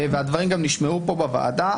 והדברים גם נשמעו פה בוועדה,